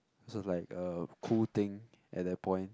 so it was like a cool thing at that point